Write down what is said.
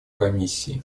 комиссии